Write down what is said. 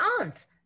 aunts